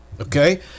okay